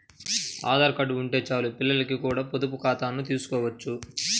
Aadhaar card ఉంటే చాలు పిల్లలకి కూడా పొదుపు ఖాతాను తీసుకోవచ్చు